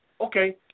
Okay